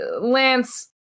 lance